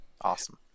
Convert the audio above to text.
Awesome